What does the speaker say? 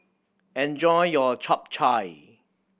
enjoy your Chap Chai